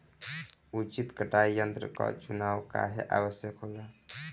उचित कटाई यंत्र क चुनाव काहें आवश्यक होला?